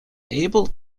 able